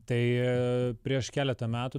tai prieš keletą metų